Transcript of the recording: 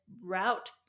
route